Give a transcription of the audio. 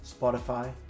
Spotify